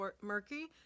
murky